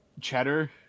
cheddar